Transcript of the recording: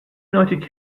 united